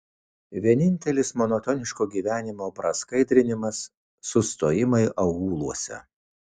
vienintelis monotoniško gyvenimo praskaidrinimas sustojimai aūluose